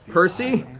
percy,